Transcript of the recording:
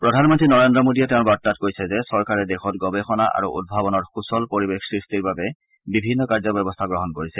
প্ৰধানমন্ত্ৰী নৰেদ্ৰ মোদীয়ে তেওঁৰ বাৰ্তাত কৈছে যে চৰকাৰে দেশত গৱেষণা আৰু উদ্ভাৱনৰ সুচল পৰিৱেশ সৃষ্টিৰ বাবে বিভিন্ন কাৰ্যব্যৱস্থা গ্ৰহণ কৰিছে